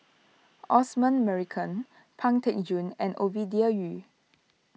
Osman Merican Pang Teck Joon and Ovidia Yu